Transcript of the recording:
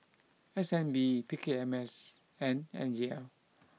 S N B P K M S and N E L